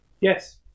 Yes